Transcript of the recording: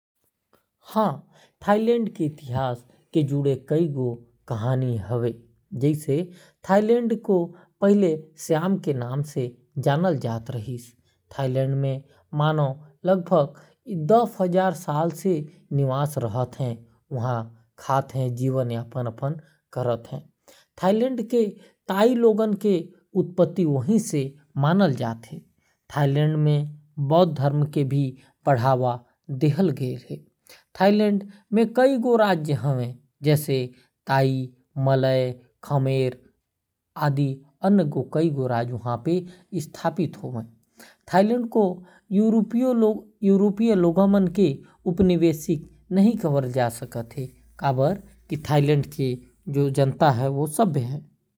थाईलैंड के इतिहास हजारों साल पुराना हावय। ये देश दक्षिण-पूर्व एशिया म स्थित हावय। थाईलैंड के नाम मूल रूप ले सियाम रिहिस, फेर उन्नीस सौ उँचलीस म येकर नाम बदलके थाईलैंड कर दे गिस। थाईलैंड के प्राचीन नाम श्यामदेश रिहिस। थाईलैंड म बौद्ध धर्म के अभ्यास करे जाथे। थाईलैंड के राजा ल राम केहे जाथे। थाईलैंड के राजपरिवार म हिन्दू धर्म के गहरा प्रभाव हावय। थाईलैंड के राजा ल भगवान विष्णु के अवतार माने जाथे।